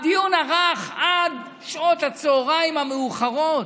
הדיון ארך עד שעות הצוהריים המאוחרות,